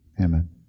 Amen